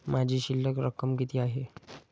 माझी शिल्लक रक्कम किती आहे?